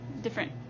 different